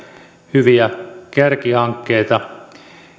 hyviä kärkihankkeita